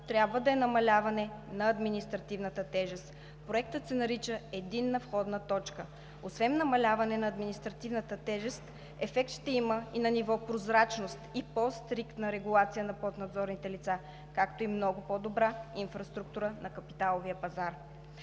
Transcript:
трябва да е намаляване на административната тежест. Проектът се нарича Единна входна точка. Освен намаляване на административната тежест, ефект ще има и на ниво прозрачност и по-стриктна регулация на поднадзорните лица, както и много по-добра инфраструктура на капиталовия пазар.